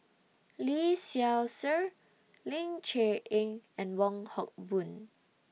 Lee Seow Ser Ling Cher Eng and Wong Hock Boon